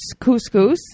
couscous